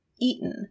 eaten